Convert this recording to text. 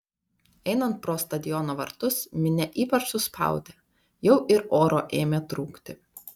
einant pro stadiono vartus minia ypač suspaudė jau ir oro ėmė trūkti